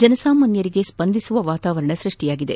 ಜನಸಾಮಾನ್ಸರಿಗೆ ಸ್ವಂದಿಸುವಂತಹ ವಾತಾವರಣ ಸೃಷ್ಟಿಯಾಗಿದೆ